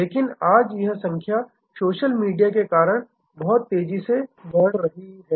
लेकिन आज यह संख्या सोशल मीडिया के कारण तेजी से बढ़ रही है